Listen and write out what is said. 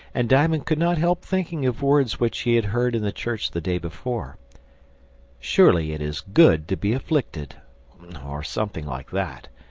and diamond could not help thinking of words which he had heard in the church the day before surely it is good to be afflicted or something like that.